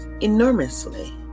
enormously